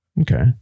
Okay